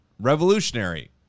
Revolutionary